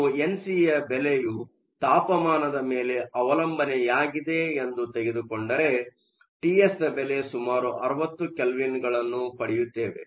ನಾವು ಎನ್ಸಿಯ ಬೆಲೆಯು ತಾಪಮಾನದ ಮೇಲೆ ಅವಲಂಬನೆಯಾಗಿದೆ ಎಂದು ತೆಗೆದುಕೊಂಡರೆ ಟಿಎಸ್ದ ಬೆಲೆ ಸುಮಾರು 60 ಕೆಲ್ವಿನ್ಗಳನ್ನು ಪಡೆಯುತ್ತವೆ